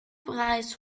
preis